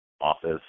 office